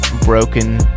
broken